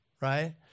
right